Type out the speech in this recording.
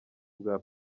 bwa